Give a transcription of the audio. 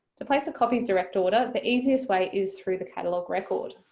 to place a copies direct order the easiest way is through the catalogue record.